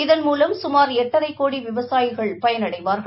இதன் மூலம் சுமார் எட்டரை கோடி விவசாயிகள் பயனடைவார்கள்